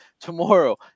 Tomorrow